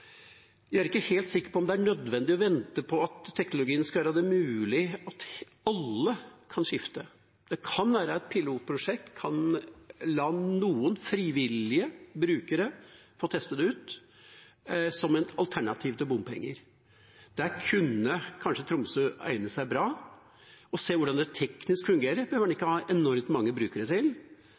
er ikke helt sikker på at det er nødvendig å vente på at teknologien skal gjøre det mulig at alle kan skifte. Det kan være et pilotprosjekt, som kan la noen frivillige brukere få teste det ut som et alternativ til bompenger. Der kunne kanskje Tromsø egne seg bra. Å se hvordan det teknisk fungerer, behøver en ikke å ha enormt mange brukere til.